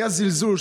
היה זלזול,